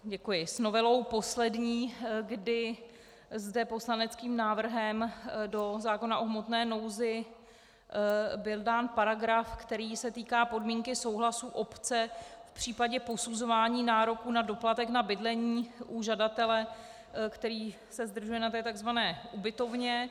děkuji s novelou poslední, kdy zde poslaneckým návrhem do zákona o hmotné nouzi byl dán paragraf, který se týká podmínky souhlasu obce v případě posuzování nároku na doplatek na bydlení u žadatele, který se zdržuje na té takzvané ubytovně.